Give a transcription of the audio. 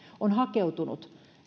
on hakeutunut